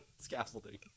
scaffolding